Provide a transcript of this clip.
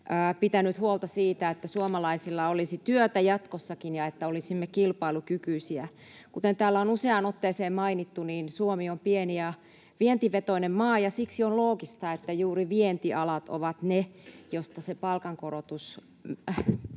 pitänyt huolta siitä, että suomalaisilla olisi työtä jatkossakin ja että olisimme kilpailukykyisiä. Kuten täällä on useaan otteeseen mainittu, niin Suomi on pieni ja vientivetoinen maa, ja siksi on loogista, että juuri vientialat ovat ne, josta se palkankorotustaso